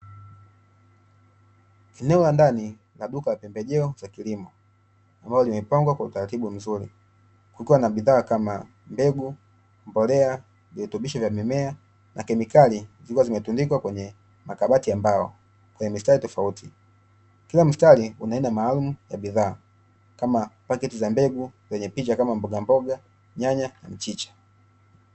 Eneo la ndani la duka la pembejeo za kilimo, ambalo limepangwa kwa utaratibu mzuri, likiwa na bidhaa kama mbegu, mbolea na virutubisho vya mimea na kemikali zikiwa zimetundikwa kwenye makabati ya mbao yenye mistari tofauti, kila mstari una aina maalumu ya bidhaa, kama paketi za mbegu zenye picha kama mbogamboga, nyanya na mchicha.